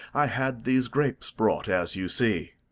i had these grapes brought, as you see.